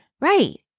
right